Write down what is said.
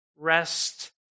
Rest